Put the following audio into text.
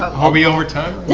hold me over time.